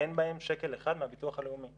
אין בהם שקל אחד מהביטוח הלאומי,